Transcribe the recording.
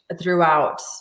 throughout